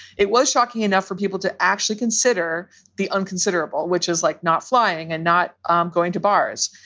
it was shocking enough for people to actually consider the um considerable which is like not flying and not going to bars.